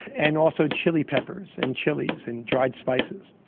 and also chilli peppers and chillies and dried spices.